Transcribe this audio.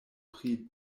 pri